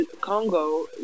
Congo